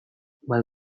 bat